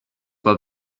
but